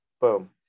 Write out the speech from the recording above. boom